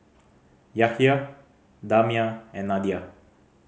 Yahaya Damia and Nadia